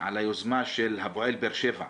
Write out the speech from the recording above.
על היוזמה של הפועל באר שבע,